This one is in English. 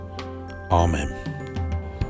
Amen